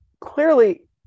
clearly